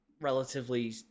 relatively